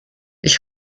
ich